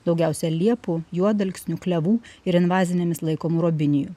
daugiausia liepų juodalksnių klevų ir invazinėmis laikomų robinijų